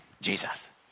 Jesus